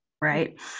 right